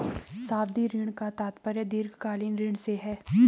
सावधि ऋण का तात्पर्य दीर्घकालिक ऋण से है